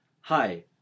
Hi